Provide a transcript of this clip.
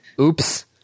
Oops